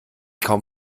kaum